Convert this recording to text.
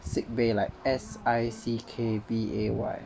sick bay like S I C K B A Y